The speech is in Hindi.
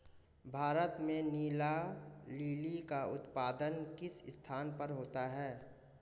भारत में नीला लिली का उत्पादन किस स्थान पर होता है?